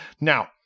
Now